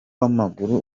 w’amaguru